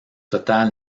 total